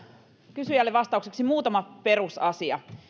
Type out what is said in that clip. kysyjälle vastaukseksi muutama perusasia